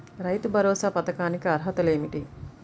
రైతు భరోసా పథకానికి అర్హతలు ఏమిటీ?